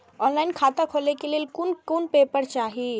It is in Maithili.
ऑनलाइन खाता खोले के लेल कोन कोन पेपर चाही?